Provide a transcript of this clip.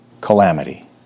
calamity